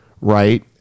right